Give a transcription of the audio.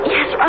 Yes